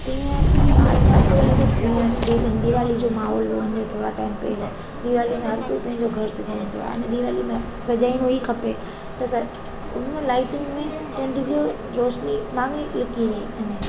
तीअं आहे अॼुकल्ह ॾिसो जीअं दी दीवालीअ जो माहौल वियो थोरा टाइम पहिरीं दीवालीअ में हर कोई पंहिंजो घर सजाईंदो आहे ऐं दीवालीअ में सजाईंणो ई खपे त हुन लाइटिंग में चंड जी रोशिनी मांॻई लिकी वेई तॾहिं